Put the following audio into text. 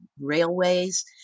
railways